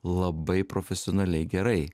labai profesionaliai gerai